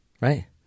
Right